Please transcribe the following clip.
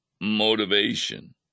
motivation